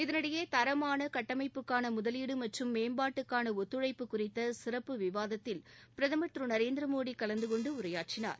இதனிடையே தரமான கட்டமைப்புகான முதலீடு மற்றும் மேம்பாட்டுக்கான ஒத்துழைப்பு குறித்த சிறப்பு விவாதத்தில் பிரதமர் திரு நரேந்திரமோடி கலந்துகொண்டு உரையாற்றினார்